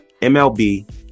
MLB